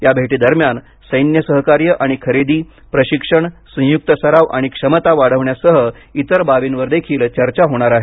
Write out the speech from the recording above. या भेटीदरम्यान सैन्य सहकार्य आणि खरेदी प्रशिक्षण संयुक्त सराव आणि क्षमता वाढवण्यासह इतर बाबींवरदेखील चर्चा होणार आहे